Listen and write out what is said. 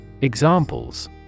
Examples